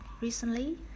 recently